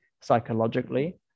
psychologically